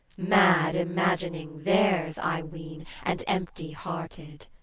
mad imagining theirs, i ween, and empty-hearted!